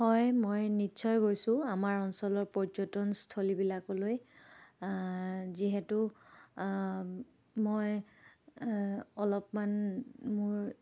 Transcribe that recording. হয় মই নিশ্চয় গৈছোঁ আমাৰ অঞ্চলৰ পৰ্যটনস্থলীবিলাকলৈ যিহেতু মই অলপমান মোৰ